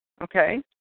okay